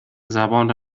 زبان